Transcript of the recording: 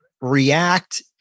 react